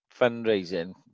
Fundraising